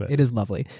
it is lovely.